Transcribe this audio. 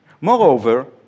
Moreover